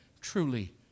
truly